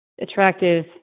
attractive